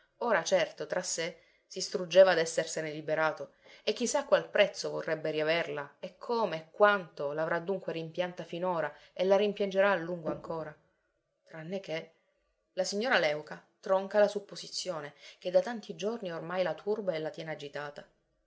ora certo tra sé si struggerà d'essersene liberato e chi sa a qual prezzo vorrebbe riaverla e come e quanto la avrà dunque rimpianta finora e la rimpiangerà a lungo ancora tranne che la signora léuca tronca la supposizione che da tanti giorni ormai la turba e la tiene agitata